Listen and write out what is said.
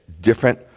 Different